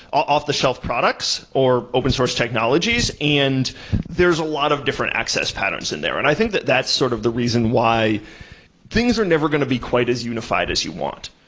off-the-shelf products or open source technologies, and there's a lot of different access patterns in there, and i think that that's sort of the reason why things are never going to be quite as unified as you want,